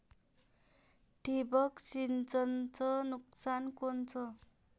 ठिबक सिंचनचं नुकसान कोनचं?